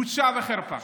בושה וחרפה.